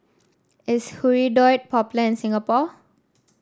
is Hirudoid popular in Singapore